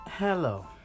Hello